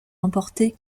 emporter